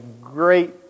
great